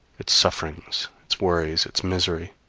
its sufferings, its worries, its misery,